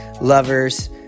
lovers